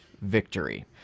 victory